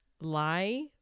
lie